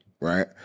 right